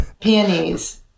Peonies